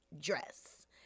dress